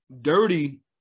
Dirty